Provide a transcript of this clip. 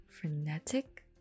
Frenetic